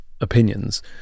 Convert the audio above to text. opinions